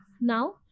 Now